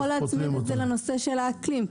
אתה יכול להצמיד את זה לנושא של האקלים,